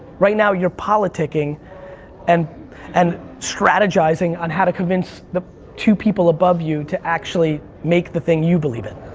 right now you're politicking and and strategizing on how to convince the two people above you to actually make the thing you believe in.